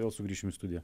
vėl sugrįšim į studiją